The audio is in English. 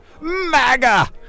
MAGA